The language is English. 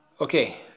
Okay